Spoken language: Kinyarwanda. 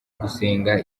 gusenga